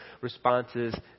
responses